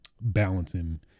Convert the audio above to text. balancing